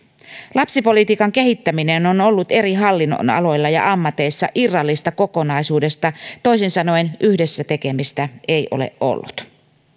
lapsipolitiikan kehittäminen on ollut eri hallinnonaloilla ja ammateissa irrallista kokonaisuudesta toisin sanoen yhdessä tekemistä ei ole ollut